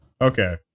Okay